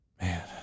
Man